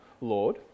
Lord